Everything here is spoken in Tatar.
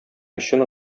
өчен